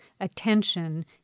attention